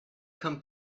come